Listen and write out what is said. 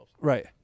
Right